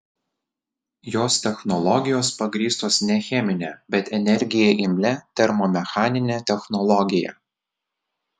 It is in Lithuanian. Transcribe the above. jos technologijos pagrįstos ne chemine bet energijai imlia termomechanine technologija